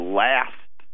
last